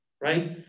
Right